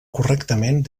correctament